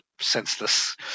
senseless